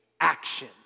action